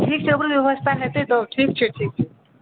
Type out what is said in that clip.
ठीक छै ओकरो व्यवस्था हेतए तखन ठीक छै ठीक छै